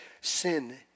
sin